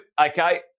okay